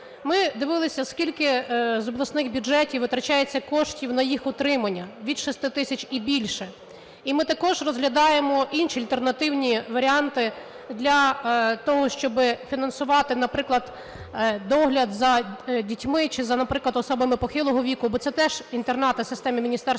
Ми дивилися, скільки з обласних бюджетів витрачається коштів на їх утримання: від 6 тисяч і більше. І ми також розглядаємо інші альтернативні варіанти для того, щоб фінансувати, наприклад, догляд за дітьми чи за, наприклад, особами похилого віку, бо це теж інтернати системи Міністерства